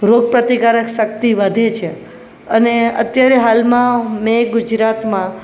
રોગ પ્રતિકારક શક્તિ વધે છે અને અત્યારે હાલમાં મેં ગુજરાતમાં